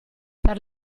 per